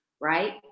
right